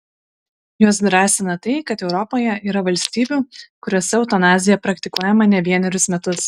juos drąsina tai kad europoje yra valstybių kuriose eutanazija praktikuojama ne vienerius metus